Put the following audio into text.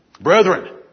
Brethren